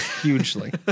Hugely